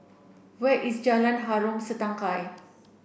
where is Jalan Harom Setangkai